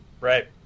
Right